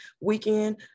weekend